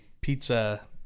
pizza